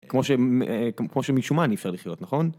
כמו שמשומן אני אפשר לחיות נכון?